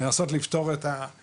על מנת לנסות לפתור את העניין.